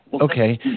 Okay